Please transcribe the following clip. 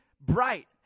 bright